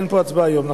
אין הצבעה היום.